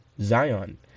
Zion